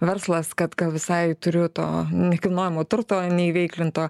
verslas kad gal visai turiu to nekilnojamo turto neįveiklinto